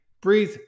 breathe